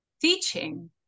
teaching